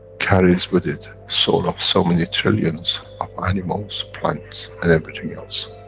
carries with it, soul of so many trillions of animals, plants and everything else.